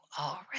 already